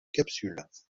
capsules